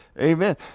Amen